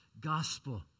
gospel